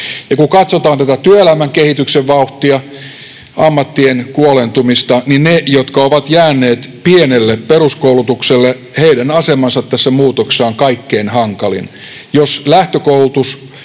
Ja kun katsotaan tätä työelämän kehityksen vauhtia, ammattien kuoleentumista, niin niiden asema, jotka ovat jääneet pienelle peruskoulutukselle, tässä muutoksessa on kaikkein hankalin.